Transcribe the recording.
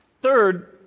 Third